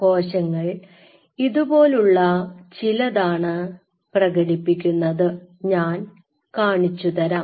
കോശങ്ങൾ ഇതുപോലുള്ള ചിലതാണ് പ്രകടിപ്പിക്കുന്നത് ഞാൻ കാണിച്ചു തരാം